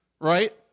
Right